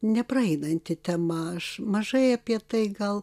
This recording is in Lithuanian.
nepraeinanti tema aš mažai apie tai gal